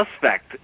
suspect